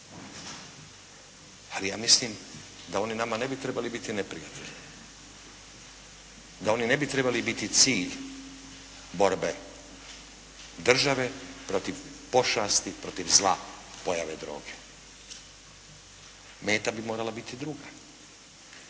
Ali ja mislim da oni nama ne bi trebali biti neprijatelji, da oni ne bi trebali biti cilj borbe države protiv pošasti, protiv zla pojave droge. Meta bi morala biti druga.